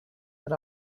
that